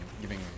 giving